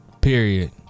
Period